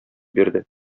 бирде